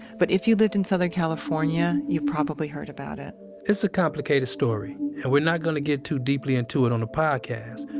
but if you lived in southern california, you probably heard about it it's a complicated story, and we're not gonna get too deeply into it on the podcast,